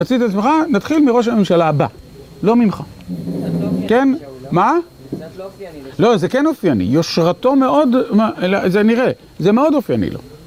תוציא את עצמך, נתחיל מראש הממשלה הבאה, לא ממך. זה קצת לא אופייני. מה? זה קצת לא אופייני. לא, זה כן אופייני. יושרתו מאוד, זה נראה, זה מאוד אופייני לו.